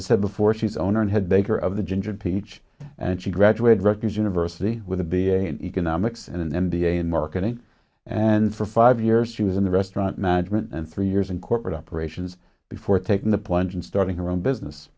i said before she's owner and head baker of the ginger peach and she graduated rutgers university with a b a in economics and an m b a in marketing and for five years she was in the restaurant management and three years in corporate operations before taking the plunge and starting her own business